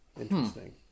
interesting